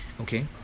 okay